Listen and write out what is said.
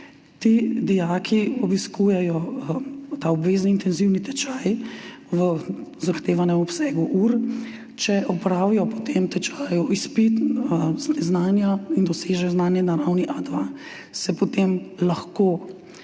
Ti dijaki obiskujejo ta obvezni intenzivni tečaj v zahtevanem obsegu ur. Če opravijo po tem tečaju izpit znanja in dosežejo znanje na ravni A2, se potem lahko